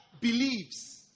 believes